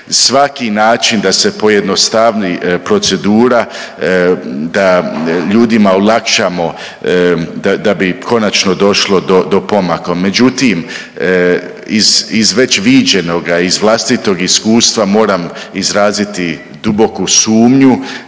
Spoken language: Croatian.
svaki način da se pojednostavi procedura, da ljudima olakšamo da bi konačno došlo do pomaka. Međutim, iz već viđenoga, iz vlastitog iskustva moram izraziti duboku sumnju